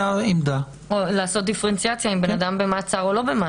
או לעשות דיפרנציאציה אם בן אדם במעצר או לא.